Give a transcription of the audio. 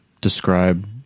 describe